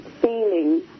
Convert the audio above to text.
feeling